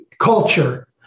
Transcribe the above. culture